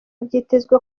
byitezwe